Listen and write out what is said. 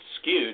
skewed